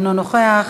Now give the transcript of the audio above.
אינו נוכח,